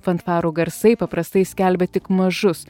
fanfarų garsai paprastai skelbia tik mažus